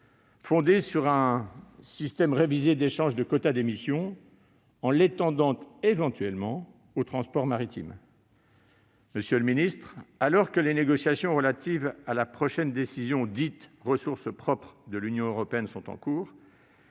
fondée sur un système révisé d'échange de quotas d'émission, en l'étendant éventuellement au transport maritime. Alors que les négociations relatives à la prochaine décision dite « ressources propres » de l'Union européenne sont en cours,